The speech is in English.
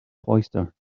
cloister